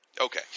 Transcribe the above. Okay